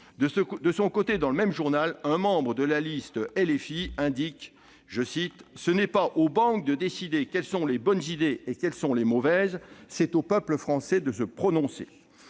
De son côté, dans le même journal, un membre de la liste LFI indique :« Ce n'est pas aux banques de décider quelles sont les bonnes idées et quelles sont les mauvaises. C'est au peuple français de se prononcer. »